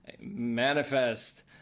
manifest